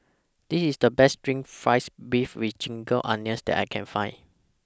This IS The Best Steamed Fried Beef with Ginger Onions that I Can Find